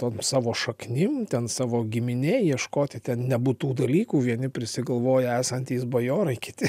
tom savo šaknim ten savo giminėj ieškoti ten nebūtų dalykų vieni prisigalvoja esantys bajorai kiti